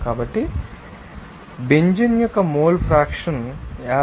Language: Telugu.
కాబట్టి చివరకు వస్తోంది బెంజీన్ యొక్క మోల్ ఫ్రాక్షన్ 58